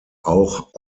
auch